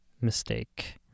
mistake